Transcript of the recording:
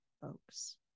folks